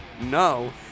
No